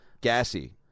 Gassy